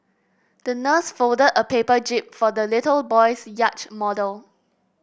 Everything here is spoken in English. the nurse folded a paper jib for the little boy's yacht model